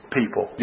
people